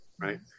right